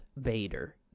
Bader